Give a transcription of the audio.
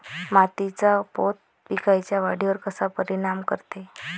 मातीचा पोत पिकाईच्या वाढीवर कसा परिनाम करते?